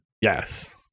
Yes